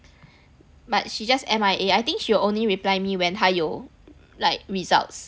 but she just M_I_A I think she will only reply me when 他有还有 like results